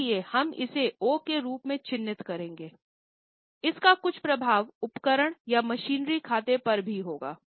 इसलिए हम इसे ओ के रूप में चिह्नित करेंगे इसका कुछ प्रभाव उपकरण या मशीनरी खाता पर भी होगा